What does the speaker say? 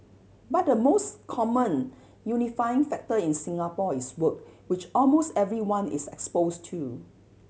but the most common unifying factor in Singapore is work which almost everyone is expose to